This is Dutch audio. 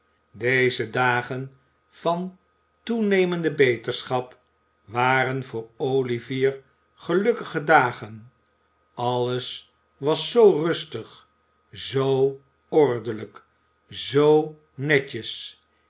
deze dagen van toenemende beterschap waren voor olivier gelukkige dagen alles was zoo rustig zoo ordelijk zoo netjes